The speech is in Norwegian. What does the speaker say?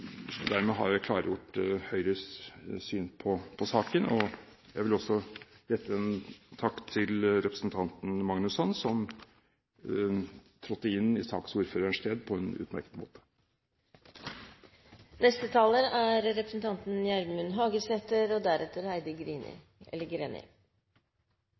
Dermed har jeg klargjort Høyres syn på saken. Jeg vil også rette en takk til representanten Magnusson, som trådte inn i saksordførerens sted på en utmerket måte. No har jo både representanten Magnusson og saksordføraren hatt ordet, og som det er